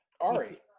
Ari